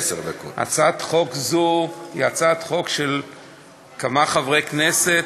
הצעת חוק זו היא של כמה חברי כנסת,